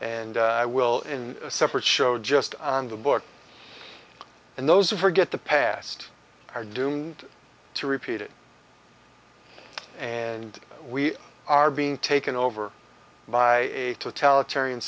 and i will in a separate show just on the book and those who forget the past are doomed to repeat it and we are being taken over by a totalitarian